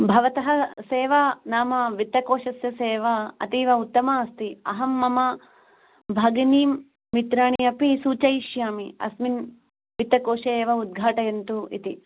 भवतः सेवा नाम वित्तकोषस्य सेवा अतीव उत्तमा अस्ति अहं मम भगिनीं मित्राणि अपि सूचयिष्यामि अस्मिन् वित्तकोषे एव उदघाटयन्तु इति